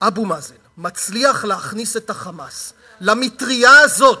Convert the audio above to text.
אבו מאזן מצליח להכניס את ה"חמאס" למטרייה הזאת,